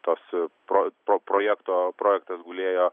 tos pro projekto projektas gulėjo